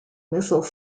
missile